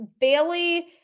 Bailey